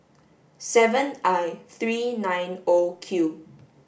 seven I three nine O Q